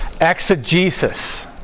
exegesis